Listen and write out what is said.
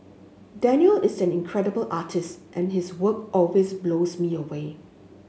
Daniel is an incredible artist and his work always blows me away